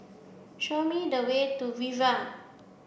show me the way to Viva